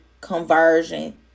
conversion